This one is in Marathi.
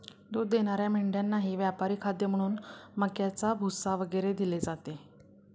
दूध देणाऱ्या मेंढ्यांनाही व्यापारी खाद्य म्हणून मक्याचा भुसा वगैरे दिले जाते